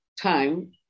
time